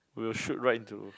we will shoot right into